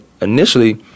initially